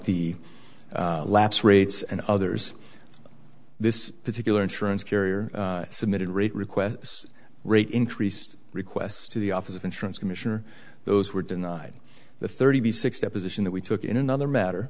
the lapse rates and others this particular insurance carrier submitted rate requests rate increased requests to the office of insurance commissioner those were denied the thirty six deposition that we took in another matter